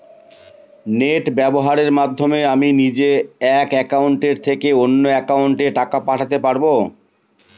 Net ব্যবহারের মাধ্যমে আমি নিজে এক অ্যাকাউন্টের থেকে অন্য অ্যাকাউন্টে টাকা পাঠাতে পারব?